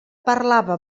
parlava